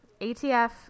ATF